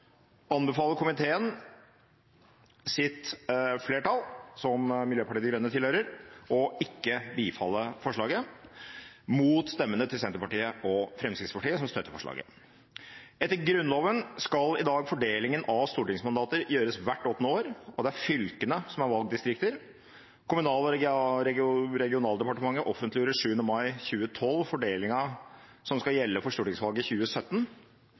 anbefaler komiteens flertall, som Miljøpartiet De Grønne tilhører, å ikke bifalle forslaget, mot komiteens medlemmer fra Senterpartiet og Fremskrittspartiet, som støtter forslaget. Etter Grunnloven skal i dag fordelingen av stortingsmandater gjøres hvert åttende år, og det er fylkene som er valgdistrikter. Kommunal- og regionaldepartementet offentliggjorde 7. mai 2012 fordelingen som skal gjelde for stortingsvalget i 2017,